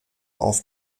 auf